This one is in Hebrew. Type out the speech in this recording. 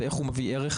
איך הוא מביא ערך,